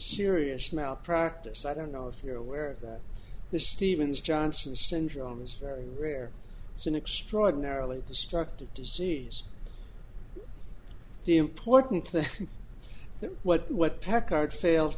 serious malpractise i don't know if you're aware that the stevens johnson syndrome is very rare it's an extraordinarily destructive disease the important thing is that what packard fails